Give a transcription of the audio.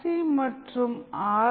C மற்றும் R